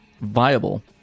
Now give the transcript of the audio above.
viable